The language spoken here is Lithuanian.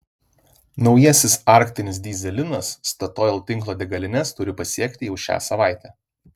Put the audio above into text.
naujasis arktinis dyzelinas statoil tinklo degalines turi pasiekti jau šią savaitę